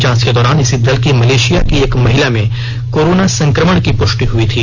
जांच के दौरान इसी दल की मलेषिया की एक महिला में कोरोना संक्रमण की पुष्टि हुई थी